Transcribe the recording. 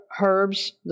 herbs